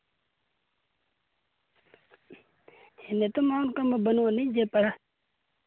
ᱱᱤᱛᱳᱝ ᱢᱟ ᱚᱱᱠᱟ ᱢᱟ ᱵᱟᱹᱱᱩᱜ ᱟᱹᱱᱤᱡ ᱡᱮ ᱯᱟᱲᱦᱟᱜ